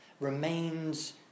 remains